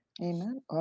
Amen